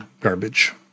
garbage